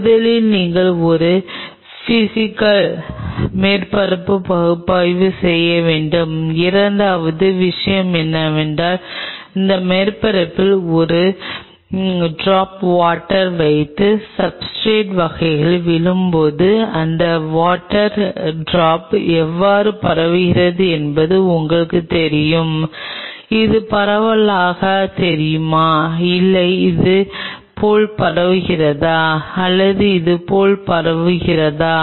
முதலில் நீங்கள் ஒரு பிஸிக்கல் மேற்பரப்பு பகுப்பாய்வு செய்ய வேண்டும் இரண்டாவது விஷயம் என்னவென்றால் இந்த மேற்பரப்பில் ஒரு ட்ரோப் வாட்டர் வைத்து சப்ஸ்ர்டேட் வகைகளில் விழும்போது ஒரு வாட்டர் ட்ரோப் எவ்வாறு பரவுகிறது என்பது உங்களுக்குத் தெரியும் இது பரவலாகத் தெரியுமா அல்லது இது போல் பரவுகிறதா அல்லது இது போல் பரவுகிறதா